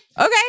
okay